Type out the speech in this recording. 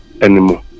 anymore